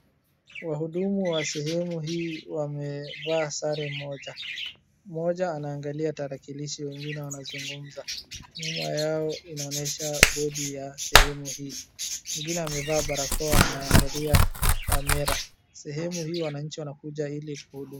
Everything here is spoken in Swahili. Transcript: Wahudumu wa sehemu hii wamevaa sare moja. Mmoja anaangalia tarakirishi wengine wanazungumza. Nyuma yao inaonyesha bodi ya sehemu hii. Mwingine amevaa barakoa anaangalia kamera. Sehemu hii wananchi wanakuja ili kuhudumiwa.